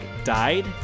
died